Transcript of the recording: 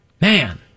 Man